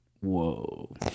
whoa